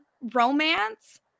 romance